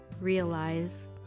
realize